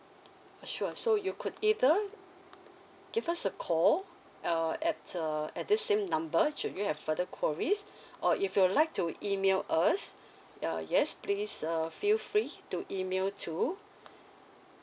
sure so you could either give us a call uh at uh at this same number should you have further queries or if you would like to email us uh yes please uh feel free to email to